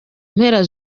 mpera